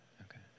Okay